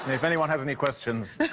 and if anyone has any questions